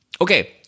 Okay